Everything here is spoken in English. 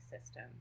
system